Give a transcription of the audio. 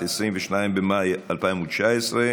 22 במאי 2019,